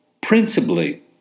principally